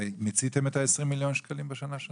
מיציתם את ה-20 מיליון בשנה שעברה?